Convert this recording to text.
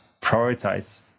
prioritize